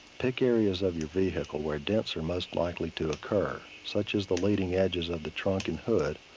pick areas of your vehicle where dents are most likely to occur such as the leading edges of the trunk and hood,